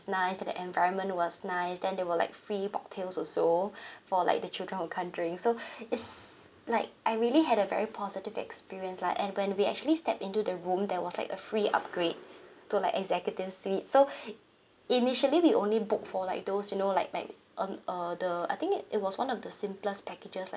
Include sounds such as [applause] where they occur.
nice and the environment was nice then there were like free mocktails also [breath] for like the children who can't drink so it's like I really had a very positive experience lah and when we actually stepped into the room there was like a free upgrade to like executive suite so initially we only booked for like those you know like like um uh the I think it was one of the simplest packages like